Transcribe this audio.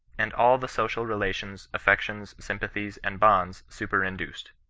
and all the social relations, affections, sympathies, and bonds super induced.